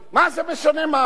מה זה משנה מה הרשת?